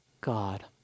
God